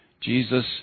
Jesus